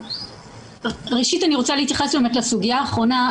ראשית אני רוצה להתייחס לסוגיה האחרונה.